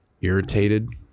irritated